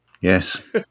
Yes